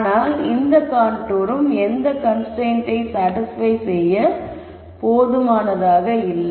ஆனால் இந்த கான்டூரும் எனது கன்ஸ்ரைன்ட்டை சாடிஸ்பய் செய்ய போதுமானதாக இல்லை